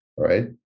right